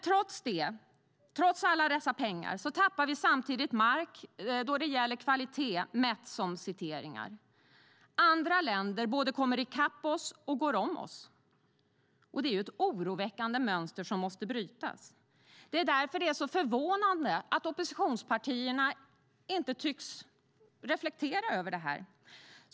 Trots alla dessa pengar tappar vi samtidigt mark då det gäller kvalitet mätt som citeringar. Andra länder både kommer i kapp oss och går om oss, vilket är ett oroväckande mönster som måste brytas. Det är därför som det är så förvånande att oppositionspartierna inte tycks reflektera över det här.